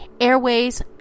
Airways